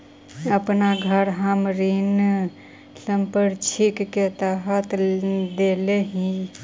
अपन घर हम ऋण संपार्श्विक के तरह देले ही